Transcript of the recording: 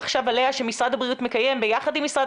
שאתם עושים באמת לילות כימים בנושא